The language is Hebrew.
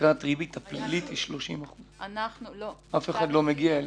תקרת הריבית הפלילית היא 30%. אף אחד לא מגיע אליה.